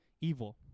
evil